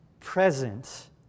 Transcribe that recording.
present